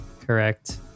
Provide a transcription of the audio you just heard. correct